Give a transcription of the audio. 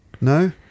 No